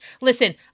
Listen